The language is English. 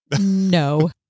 No